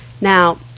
Now